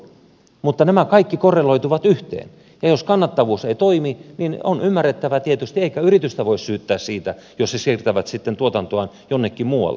mutta nämä kaikki korreloituvat yhteen ja jos kannattavuus ei toimi niin on ymmärrettävä tietysti eikä yritystä voi syyttää siitä jos se siirtää sitten tuotantoaan jonnekin muualle